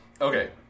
Okay